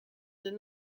did